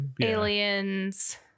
Aliens